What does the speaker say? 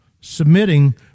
Submitting